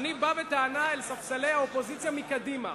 אני באתי בטענה אל ספסלי האופוזיציה מקדימה.